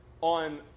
on